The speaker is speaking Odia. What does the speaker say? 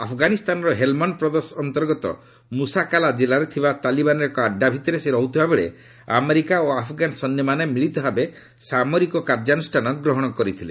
ଆଫଗାନିସ୍ଥାନର ହେଲମଣ୍ଡ ପ୍ରଦେଶ ଅନ୍ତର୍ଗତ ମୁସାକାଲା ଜିଲ୍ଲାରେ ଥିବା ତାଲିବାନର ଏକ ଆଡ୍ରା ଭିତରେ ସେ ରହୁଥିବା ବେଳେ ଆମେରିକା ଓ ଆଫଗାନ ସୈନ୍ୟମାନେ ମିଳିତଭାବେ ସାମରିକ କାର୍ଯ୍ୟାନୁଷ୍ଠାନ ଗ୍ରହଣ କରିଥିଲେ